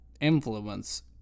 influence